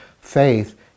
faith